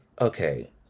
okay